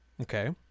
Okay